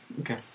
Okay